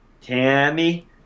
Tammy